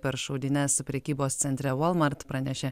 per šaudynes prekybos centre walmart pranešė